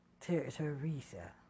Teresa